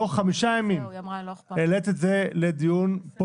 תוך חמישה ימים העלית את זה לדיון פה